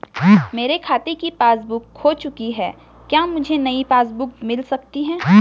मेरे खाते की पासबुक बुक खो चुकी है क्या मुझे नयी पासबुक बुक मिल सकती है?